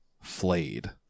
flayed